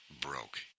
broke